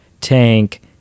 Tank